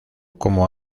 como